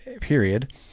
period